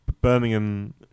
Birmingham